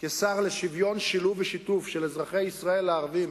כשר לשוויון, שילוב ושיתוף של אזרחי ישראל הערבים